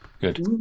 good